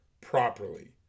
properly